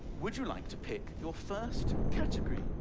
would you like to pick your first category,